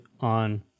on